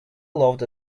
loved